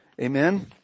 Amen